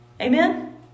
amen